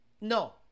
no